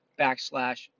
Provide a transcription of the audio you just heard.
backslash